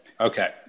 Okay